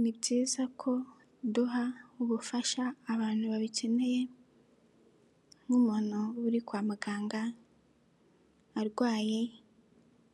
Ni byiza ko duha ubufasha abantu babikeneye nk'umuntu uba uri kwa muganga arwaye